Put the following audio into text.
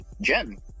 jen